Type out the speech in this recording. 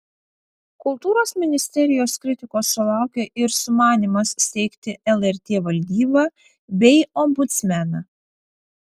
kultūros ministerijos kritikos sulaukė ir sumanymas steigti lrt valdybą bei ombudsmeną